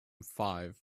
five